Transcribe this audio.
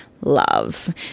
love